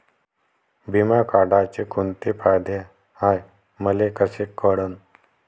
बिमा काढाचे कोंते फायदे हाय मले कस कळन?